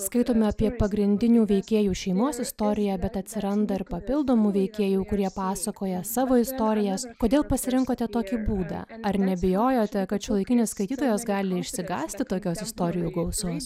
skaitome apie pagrindinių veikėjų šeimos istoriją bet atsiranda ir papildomų veikėjų kurie pasakoja savo istorijas kodėl pasirinkote tokį būdą ar nebijojote kad šiuolaikinis skaitytojas gali išsigąsti tokios istorijų gausos